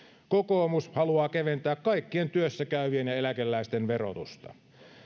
kokoomus haluaa keventää kaikkien työssäkäyvien ja eläkeläisten verotusta